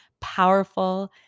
powerful